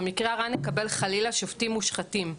במקרה הרע נקבל חלילה שופטים מושחתים.